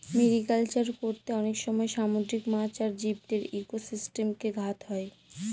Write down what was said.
mariculture করতে অনেক সময় সামুদ্রিক মাছ আর জীবদের ইকোসিস্টেমে ঘাত হয়